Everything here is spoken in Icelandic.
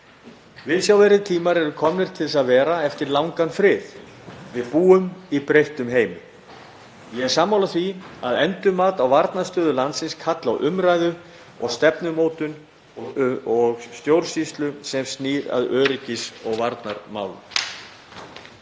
Viðsjárverðir tímar eru komnir til að vera eftir langan frið. Við búum í breyttum heimi. Ég er sammála því að endurmat á varnarstöðu landsins kalli á umræðu, stefnumótun og stjórnsýslu sem snýr að öryggis- og varnarmálum.